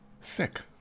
sick